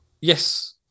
Yes